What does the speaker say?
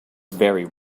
very